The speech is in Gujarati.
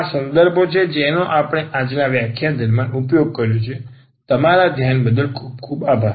આ તે સંદર્ભો છે જેનો આપણે વ્યાખ્યાન માટે ઉપયોગ કર્યો છે તમારા ધ્યાન બદલ આભાર